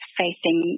facing